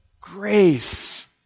grace